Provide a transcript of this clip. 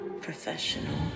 professional